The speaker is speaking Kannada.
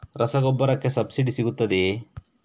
ರಸಗೊಬ್ಬರಕ್ಕೆ ಸಬ್ಸಿಡಿ ಸಿಗುತ್ತದೆಯೇ?